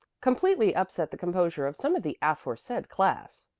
completely upset the composure of some of the aforesaid class,